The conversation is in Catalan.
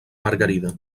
margarida